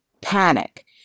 panic